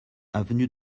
avenue